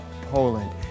Poland